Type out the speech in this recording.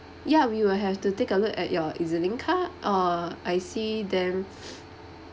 ya we will have to take a look at your E_Z link card oh I see them